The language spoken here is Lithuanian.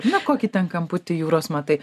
na kokį ten kamputį jūros matai